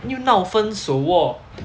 又闹分手喔